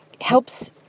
helps